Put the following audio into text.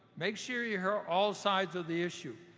make sure you hear all sides of the issue.